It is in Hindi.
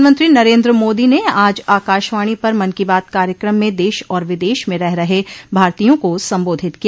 प्रधानमंत्री नरेन्द्र मोदी ने आज आकाशवाणी पर मन की बात कार्यक्रम में देश और विदेश में रह रहे भारतीयों को संबोधित किया